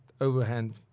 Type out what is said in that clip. overhand